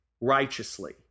righteously